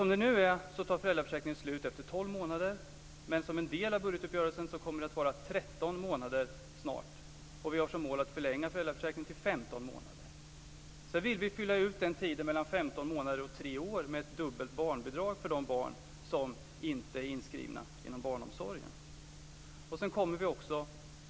Som det nu är så tar föräldraförsäkringen slut efter 12 månader. Men som en del av budgetuppgörelsen kommer det att vara 13 månader snart, och vi har som mål att förlänga föräldraförsäkringen till 15 månader. Sedan vill vi fylla ut tiden mellan 15 månader och tre år med ett dubbelt barnbidrag för de barn som inte är inskrivna inom barnomsorgen.